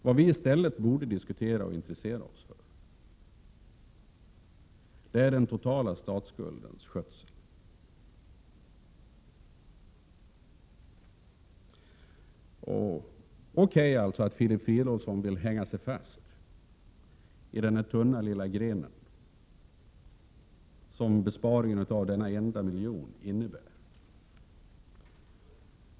Vad vi i stället borde intressera oss för och diskutera är den totala statsskuldens skötsel. Det är okej om Filip Fridolfsson vill hålla fast vid den tunna gren som besparingen på en miljon innebär.